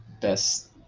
best